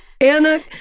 Anna